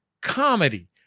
comedy